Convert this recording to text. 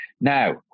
now